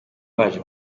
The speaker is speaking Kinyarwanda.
baje